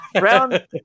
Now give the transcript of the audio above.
round